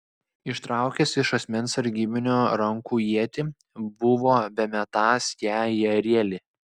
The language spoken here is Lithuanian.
ištraukęs iš asmens sargybinio rankų ietį buvo bemetąs ją į arielį